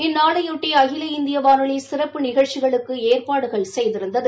இந்நாளைபொட்டி அகில இந்திய வானொலி சிறப்பு நிகழ்ச்சிகளுக்கு ஏற்பாடுகள் செய்திருந்தது